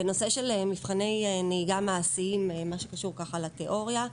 בנושא של מבחני נהיגה מעשיים, מה שקשור לתיאוריה,